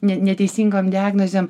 ne neteisingom diagnozėm